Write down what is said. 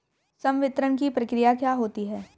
संवितरण की प्रक्रिया क्या होती है?